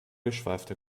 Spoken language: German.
geschweifte